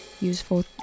useful